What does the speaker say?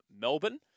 Melbourne